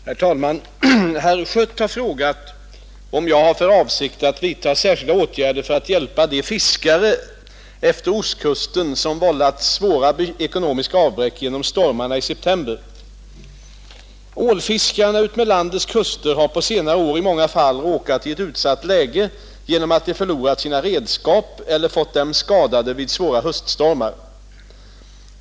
Herr talman! Herr Schött har frågat, om jag har för avsikt att vidta särskilda åtgärder för att hjälpa de fiskare efter ostkusten som vållats svåra ekonomiska avbräck genom stormarna i september. Ålfiskarna utmed landets kuster har på senare år i många fall råkat i ett utsatt läge genom att de förlorat sina redskap eller fått dem skadade vid svåra höststormar.